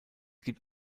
gibt